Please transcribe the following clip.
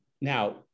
Now